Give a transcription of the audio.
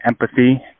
empathy